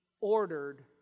ordered